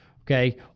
okay